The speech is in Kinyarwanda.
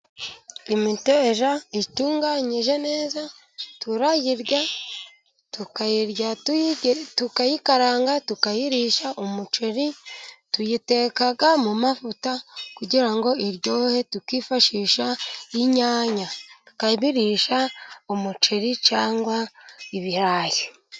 Imiteja itunganyije neza turayirya, tukayirya tukayikaranga, tukayirisha umuceri tuyiteka mu mavuta kugira ngo iryohe tukifashisha inyanya, tukayirisha umuceri cyangwa ibirayi.